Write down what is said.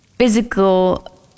physical